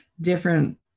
different